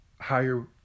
higher